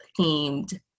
themed